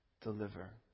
deliver